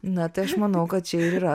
na tai aš manau kad čia ir yra